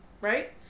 right